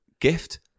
Gift